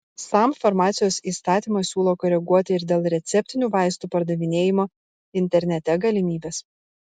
sam farmacijos įstatymą siūlo koreguoti ir dėl receptinių vaistų pardavinėjimo internete galimybės